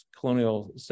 colonial